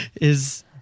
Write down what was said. Is-